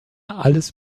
alles